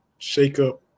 shakeup